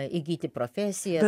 įgyti profesiją